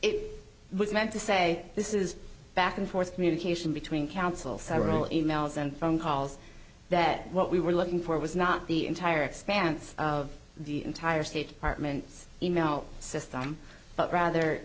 it was meant to say this is back and forth communication between counsel several in emails and phone calls that what we were looking for was not the entire expanse of the entire state department's email system but rather